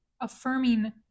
affirming